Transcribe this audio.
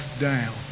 down